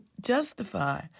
justify